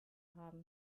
haben